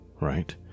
right